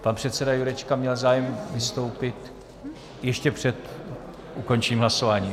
Pan předseda Jurečka měl zájem vystoupit ještě před ukončením hlasování.